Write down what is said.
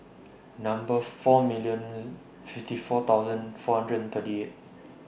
Number four million fifty four thousand four hundred and thirty eight